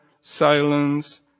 silence